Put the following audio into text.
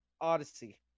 Odyssey